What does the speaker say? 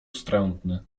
wstrętny